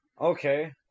Okay